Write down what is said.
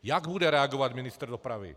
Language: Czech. Jak bude reagovat ministr dopravy?